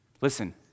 listen